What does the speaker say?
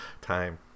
time